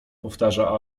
powtarza